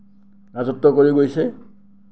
ৰাজত্ব কৰি গৈছে